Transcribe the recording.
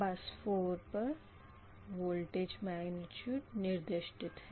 बस 4 पर voltage magnitude निर्दिष्टित है